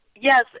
Yes